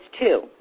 two